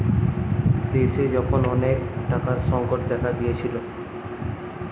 দেশে যখন অনেক টাকার সংকট দেখা দিয়েছিলো